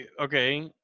Okay